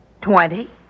Twenty